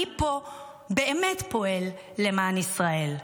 מי פה באמת פועל למען ישראל,